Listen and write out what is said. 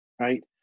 right